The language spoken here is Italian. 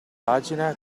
pagina